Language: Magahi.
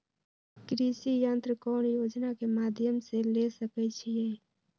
कृषि यंत्र कौन योजना के माध्यम से ले सकैछिए?